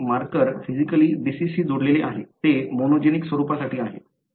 येथे marker physically डिसिजशी जोडलेले आहे ते मोनोजेनिक स्वरूपासाठी आहे